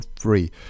free